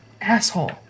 Asshole